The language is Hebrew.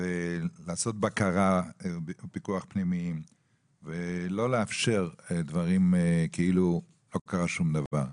ולעשות בקרה ופיקוח פנימיים ולא לאפשר דברים כאילו לא קרה שום דבר.